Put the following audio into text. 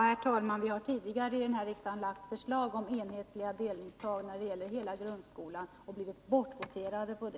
Herr talman! Vi har tidigare här i riksdagen lagt fram förslag om enhetliga delningstal när det gäller hela grundskolan men blivit bortvoterade.